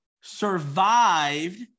survived